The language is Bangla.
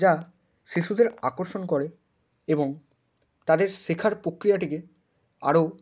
যা শিশুদের আকর্ষণ করে এবং তাদের শেখার প্রক্রিয়াটিকে আরো